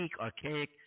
archaic